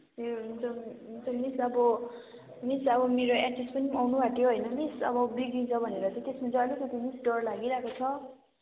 ए हुन्छ हुन्छ मिस अब मिस अब मेरो एचएस पनि आउनु आँट्यो होइन मिस अब बिग्रिन्छ भनेर चाहिँ त्यसमा चाहिँ अलिकति मिस डर लागि रहेको छ